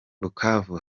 bukavu